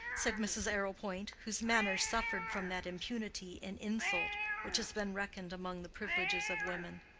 said mrs. arrowpoint, whose manners suffered from that impunity in insult which has been reckoned among the privileges of women.